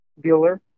Bueller